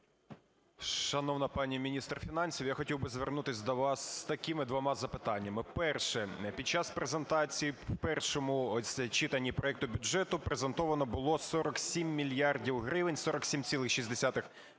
Шановна пані міністр фінансів, я хотів би звернутись до вас з такими двома запитаннями. Перше. Під час презентації в першому читанні проекту бюджету презентовано було 47 мільярдів гривень, 47,6 мільярда